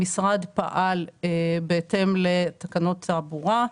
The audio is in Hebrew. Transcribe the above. המשרד פעל בהתאם לתקנות תעבורה,